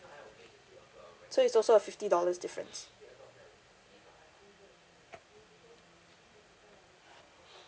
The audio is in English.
so it's also a fifty dollars difference